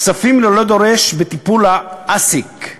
כספים ללא דורש בטיפול ה-ASIC,